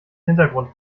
hintergrund